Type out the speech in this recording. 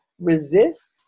resist